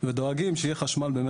ודואגים שיהיה חשמל.